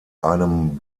einem